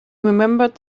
remembered